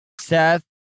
Seth